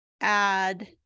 add